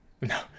No